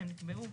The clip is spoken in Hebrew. אם נקבעו,